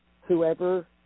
whoever